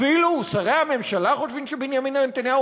אפילו שרי הממשלה חושבים שבנימין נתניהו